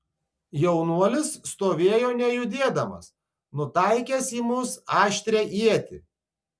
jaunuolis stovėjo nejudėdamas nutaikęs į mus aštrią ietį